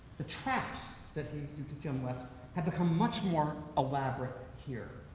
the traps that you can see on the left have become much more elaborate here.